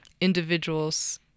individuals